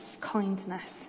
kindness